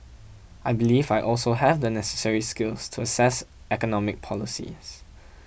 I believe I also have the necessary skills to assess economic policies